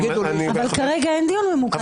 כרגע אין דיון ממוקד.